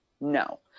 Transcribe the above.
no